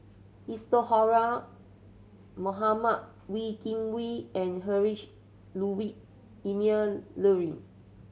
Isadhora Mohamed Wee Kim Wee and Heinrich Ludwig Emil Luering